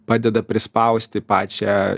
padeda prispausti pačią